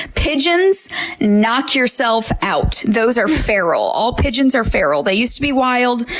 pigeons knock yourself out. those are feral. all pigeons are feral. they used to be wild.